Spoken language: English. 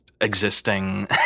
existing